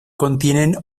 contienen